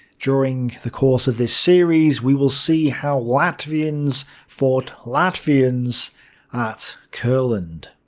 during the course of this series, we will see how latvians fought latvians at courland.